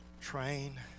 train